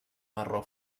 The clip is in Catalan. marró